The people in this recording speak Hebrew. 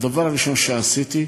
הדבר הראשון שעשיתי,